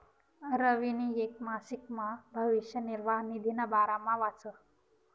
रवीनी येक मासिकमा भविष्य निर्वाह निधीना बारामा वाचं